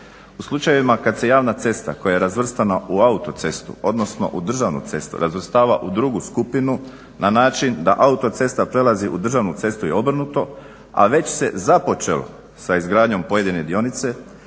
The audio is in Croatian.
U slučajevima kada se javna cesta koja je razvrstana u autocestu odnosno u državnu cestu razvrstava u drugu skupinu na način da autocesta prelazi u državnu cestu i obrnuto, a već se započelo sa izgradnjom pojedine dionice